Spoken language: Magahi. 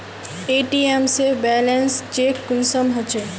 ए.टी.एम से बैलेंस चेक कुंसम होचे?